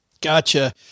Gotcha